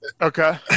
Okay